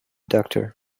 doctor